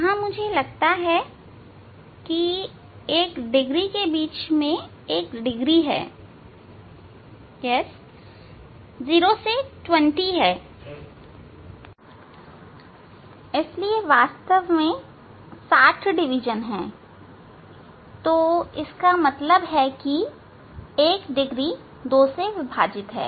यहां मुझे लगता है कि यहां 1 डिग्री के बीच 1 डिग्री है हां 0 से 20 हैं इसलिए वास्तव में 60 डिवीजन हैं तो इसका मतलब है कि 1 डिग्री 2 में विभाजित है